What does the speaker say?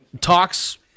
talks